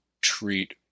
treat